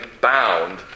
bound